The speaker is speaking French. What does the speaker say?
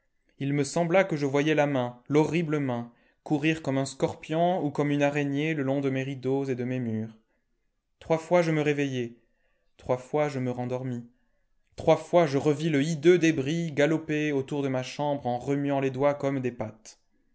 il me sembla que je voyais la main l'horrible main courir comme un scorpion ou comme une araignée le long de mes rideaux et de mes murs trois fois je me réveillai trois fois je me rendormis trois fois je revis le hideux débris galoper autour de ma chambre en remuant les doigts comme des pattes